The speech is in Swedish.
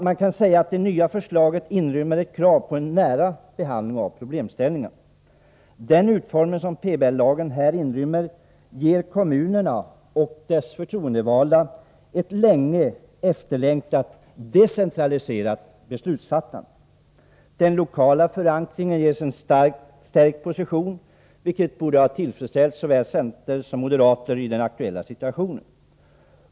Man kan säga att det nya förslaget inrymmer ett krav på en nära behandling av problemställningarna. Den utformning som PBL här fått ger kommunerna och deras förtroendevalda ett länge efterlängtat decentraliserat beslutsfattande. Den lokala förankringen ges en stärkt position, vilket borde ha tillfredsställt såväl centerpartister som moderater i den aktuella situationen.